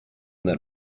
that